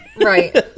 Right